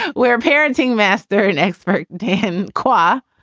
where a parenting master, an expert, dan qua,